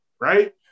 right